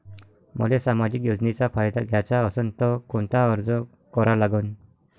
मले सामाजिक योजनेचा फायदा घ्याचा असन त कोनता अर्ज करा लागन?